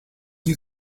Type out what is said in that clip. you